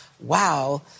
wow